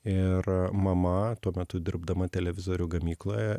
ir mama tuo metu dirbdama televizorių gamykloje